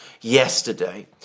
yesterday